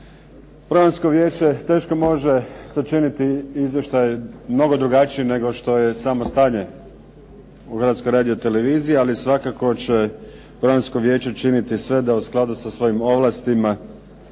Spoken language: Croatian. Programsko vijeće teško može sačiniti izvještaj mnogo drugačiji nego što je samo stanje u Hrvatskoj radioteleviziji, ali svakako će Programsko vijeće činiti sve da u skladu sa svojim ovlastima